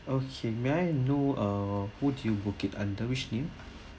okay may I know uh who you booking under which name